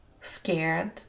scared